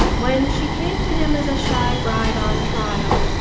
when she came to him as a shy bride on trial,